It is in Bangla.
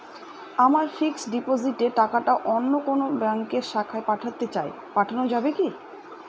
আমার ফিক্সট ডিপোজিটের টাকাটা অন্য কোন ব্যঙ্কের শাখায় পাঠাতে চাই পাঠানো যাবে কি?